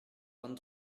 vingt